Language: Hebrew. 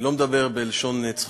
אני לא מדבר בלשון צחוק,